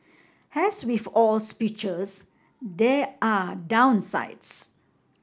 as with all speeches there are downsides